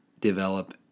develop